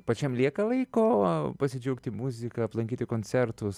pačiam lieka laiko pasidžiaugti muzika aplankyti koncertus